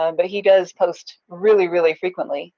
um but he does post really really frequently